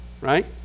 right